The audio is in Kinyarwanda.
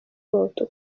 abahutu